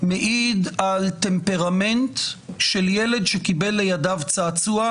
מעיד על טמפרמנט של ילד שקיבל לידיו צעצוע,